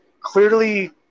clearly